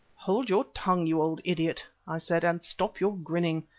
hold your tongue, you old idiot, i said, and stop your grinning.